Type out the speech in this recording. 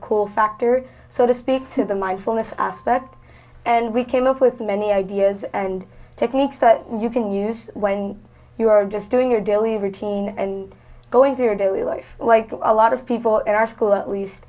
cool factor so to speak to them i phone this aspect and we came up with many ideas and techniques that you can use when you are just doing your daily routine and going through your daily life like a lot of people in our school at least